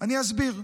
זה חשוב.